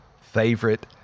favorite